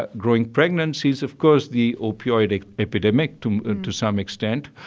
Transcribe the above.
but growing pregnancies, of course the opioid epidemic to to some extent.